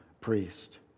priest